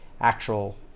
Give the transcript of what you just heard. actual